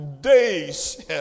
days